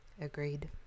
Agreed